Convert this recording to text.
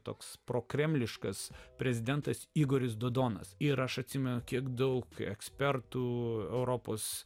toks prokremliškas prezidentas igoris dodonas ir aš atsimenu kiek daug ekspertų europos